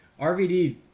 RVD